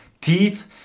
teeth